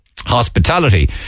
hospitality